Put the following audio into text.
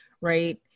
right